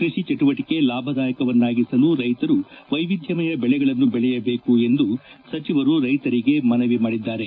ಕೃಷಿ ಚಟುವಟಕೆ ಲಾಭದಾಯಕವನ್ನಾಗಿಸಲು ರೈತರು ವೈವಿಧ್ಯಮಯ ಬೆಳೆಗಳನ್ನು ಬೆಳೆಯಬೇಕು ಎಂದು ಸಚಿವರು ರೈತರಿಗೆ ಮನವಿ ಮಾಡಿದ್ದಾರೆ